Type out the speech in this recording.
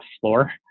floor